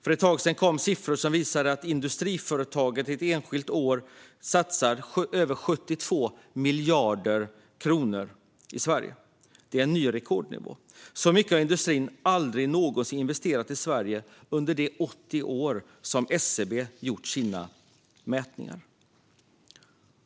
För ett tag sedan kom siffror som visar att industriföretagen ett enskilt år satsar över 72 miljarder kronor i Sverige. Det är en ny rekordnivå. Så mycket har industrin aldrig någonsin investerat i Sverige under de 80 år som SCB gjort sina mätningar.